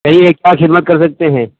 کہیے کیا خدمت کر سکتے ہیں